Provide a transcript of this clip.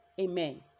Amen